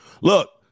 Look